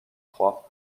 trois